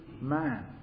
man